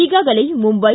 ಈಗಾಗಲೇ ಮುಂಬೈ